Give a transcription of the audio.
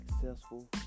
successful